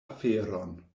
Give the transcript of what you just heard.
aferon